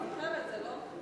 אתה זוכר את זה, לא?